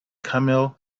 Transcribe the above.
camel